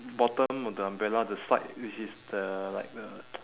bottom of the umbrella the side which is the like the